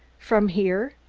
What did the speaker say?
from here?